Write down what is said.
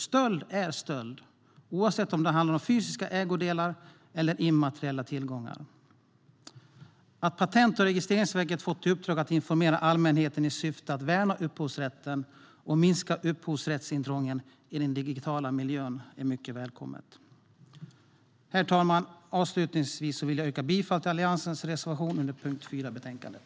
Stöld är stöld oavsett om det handlar om fysiska ägodelar eller immateriella tillgångar. Att Patent och registreringsverket fått i uppdrag att informera allmänheten i syfte att värna upphovsrätten och minska upphovsrättsintrången i den digitala miljön är välkommet. Herr talman! Avslutningsvis yrkar jag bifall till Alliansens reservation under punkt 4 i betänkandet.